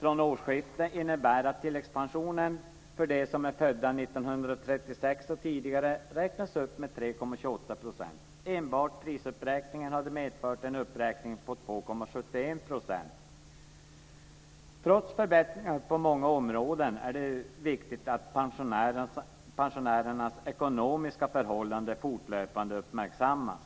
från årsskiftet, innebär att tilläggspensionen för dem som är födda 1936 och tidigare räknas upp med 3,28 %. Enbart prisuppräkningen hade medfört en uppräkning med 2,71 %. Trots förbättringar på många områden är det viktigt att pensionärernas ekonomiska förhållanden fortlöpande uppmärksammas.